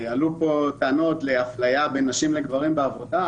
עלו פה טענות על אפליה של נשים לעומת גברים בעבודה,